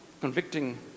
convicting